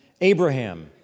Abraham